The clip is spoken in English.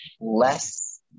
less